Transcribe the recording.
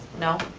no.